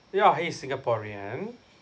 yeah he's singaporean